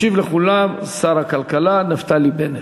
ישיב לכולם שר הכלכלה נפתלי בנט.